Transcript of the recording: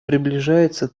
приближается